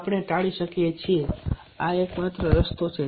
આપણે ટાળી શકીએ છીએ આ એકમાત્ર રસ્તો છે